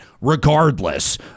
Regardless